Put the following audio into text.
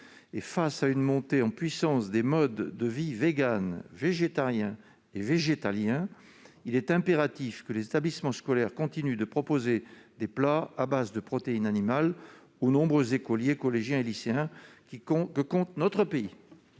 Face à une montée en puissance des modes de vie végane, végétarien et végétalien, il est impératif que les établissements scolaires continuent de proposer des plats à base de protéine animale aux nombreux écoliers, collégiens et lycéens que compte notre pays.